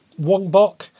Wongbok